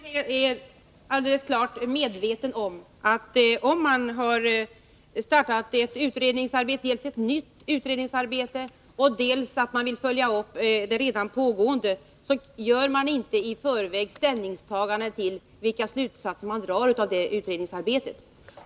Herr talman! Bo Lundgren är klart medveten om, att om man dels har startat ett nytt utredningsarbete, dels vill följa upp det redan pågående arbetet så gör man inte i förväg ställningstaganden till vilka slutsatser man Nr 109 kommer att dra av detta utredningsarbete.